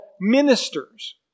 ministers